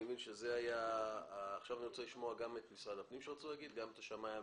אני רוצה לשמוע גם את משרד הפנים שרצה להתייחס וגם את השמאי הממשלתי.